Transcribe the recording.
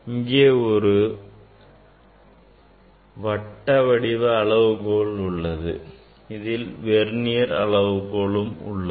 இங்கே ஒரு வட்டவடிவ அளவுகோல் உள்ளது அதில் வெர்னியர் அளவுகோல் உள்ளது